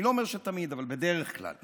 אני לא אומר שתמיד, אבל בדרך כלל?